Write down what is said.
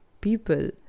people